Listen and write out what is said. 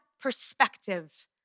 perspective